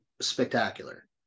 spectacular